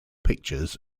pictures